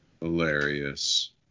hilarious